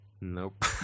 Nope